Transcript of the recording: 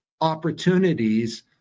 opportunities